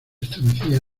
estremecía